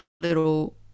little